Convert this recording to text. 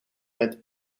met